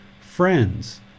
Friends